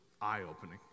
eye-opening